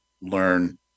learn